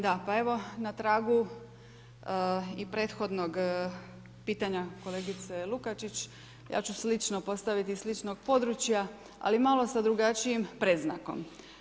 Da, pa evo na tragu i prethodnog pitanja kolegice Lukačić, ja ću slično postaviti iz sličnog područja ali malo sa drugačijim predznakom.